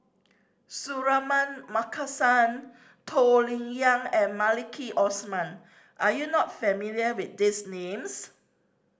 Suratman Markasan Toh Liying and Maliki Osman are you not familiar with these names